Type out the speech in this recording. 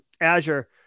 Azure